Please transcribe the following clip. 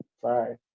Sorry